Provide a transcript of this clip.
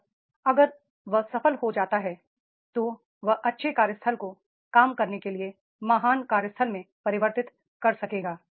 और अगर वह सफल हो जाता है तो वह अच्छे कार्यस्थल को काम करने के लिए महान कार्यस्थल में परिव र्तित कर सकेगा